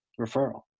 referral